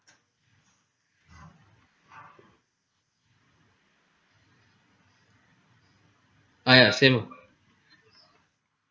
ah ya same ah